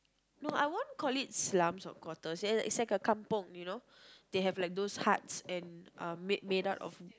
no I won't call it slums or quarters is like a kampung you know they have like those huts and uh made made up of